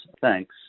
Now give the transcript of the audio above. Thanks